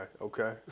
okay